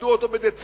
ידעו אותו בדצמבר,